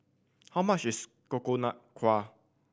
how much is Coconut Kuih